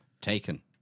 taken